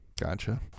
gotcha